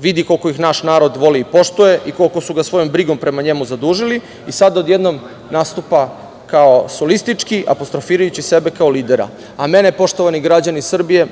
vidi koliko ih naš narod voli i poštuje i koliko su ga svojom brigom prema njemu zadužili i sada odjednom nastupa kao solistički apostrofirajući sebe kao lidera, a meni, poštovani građani Srbije,